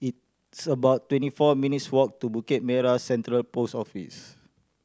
it's about twenty four minutes' walk to Bukit Merah Central Post Office